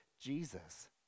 Jesus